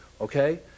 Okay